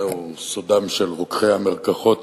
זהו סודם של רוקחי המרקחות